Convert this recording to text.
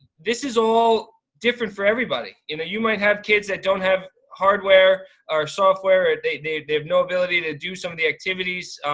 this is all different for everybody, you know. you might have kids that don't have hardware or software. ah they they have no ability to do some of the activities,